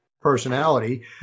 personality